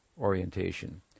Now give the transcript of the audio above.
orientation